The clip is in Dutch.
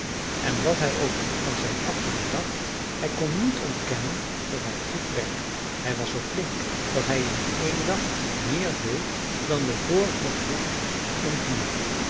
en wat hij ook van zijn afkomst dacht hij kon niet ontkennen dat hij goed werkte hij was zoo flink dat hij in één dag meer deed dan de vorige knecht in vier